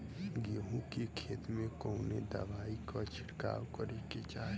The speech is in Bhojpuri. गेहूँ के खेत मे कवने दवाई क छिड़काव करे के चाही?